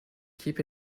keep